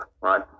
right